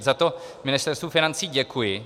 Za to Ministerstvu financí děkuji.